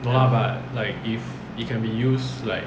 no lah but if it can be used like